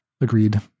Agreed